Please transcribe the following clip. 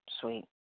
Sweet